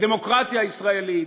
בדמוקרטיה הישראלית,